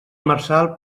marçal